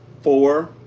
four